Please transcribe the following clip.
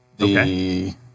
Okay